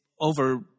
over